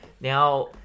now